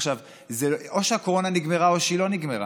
עכשיו, זה או שהקורונה נגמרה או שהיא לא נגמרה.